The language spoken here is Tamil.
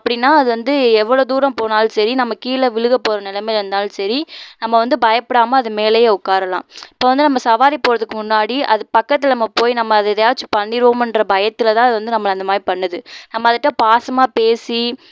அப்படின்னா அது வந்து எவ்வளோ தூரம் போனாலும் சரி நம்ம கீழே விழுக போகிற நிலைமையில இருந்தாலும் சரி நம்ம வந்து பயப்படாம அதன் மேலேயே உட்காறலாம் இப்போ வந்து நம்ம சவாரி போகிறதுக்கு முன்னாடி அது பக்கத்தில் நம்ம போய் நம்ம அது எதையாச்சும் பண்ணிடுவோமோன்ற பயத்தில் தான் அது வந்து நம்மளை அந்த மாதிரி பண்ணுது நம்ம அதுகிட்ட பாசமாக பேசி